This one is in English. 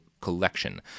collection